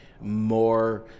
more